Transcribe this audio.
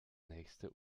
nächste